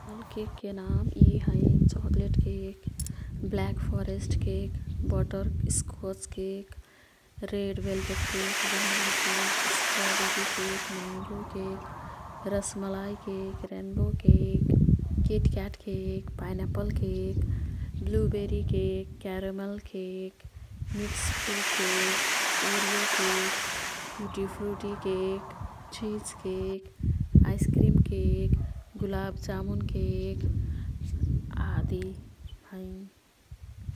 मोर् जानल केकके नाम यी हैं। Chocolate cake, black forest cake, butterscotch cake, red velvet cake, vanilla cake, strawberry cake, mango cake, rasmalai cake, rainbow cake, KitKat cake, pineapple cake, blueberry cake, caramel cake, mix fruit cake, Oreo cake, tutti frutti cake, cheese cake, ice cream cake, gulab jamun cake, आदि हैं।